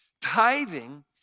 Tithing